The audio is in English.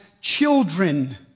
children